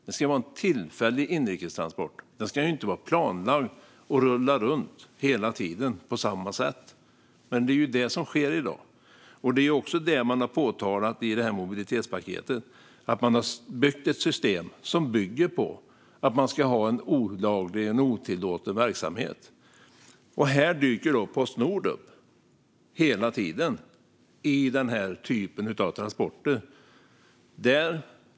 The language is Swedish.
Det ska inte vara planlagt och rulla runt hela tiden på samma sätt, men det är det som sker i dag. Det är också det som påtalas i mobilitetspaketet. Man har skapat ett system som bygger på att det ska finnas en olaglig och otillåten verksamhet. Och här dyker då Postnord upp hela tiden i den här typen av transporter!